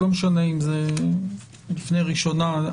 לא משנה אם זה לפני ראשונה,